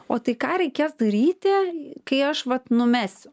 o tai ką reikės daryti kai aš vat numesiu